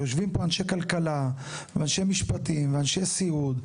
ויושבים פה אנשי כלכלה ואנשי משפטים ואנשי סיעוד,